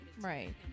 Right